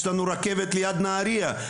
יש לנו רכבת ליד נהריה,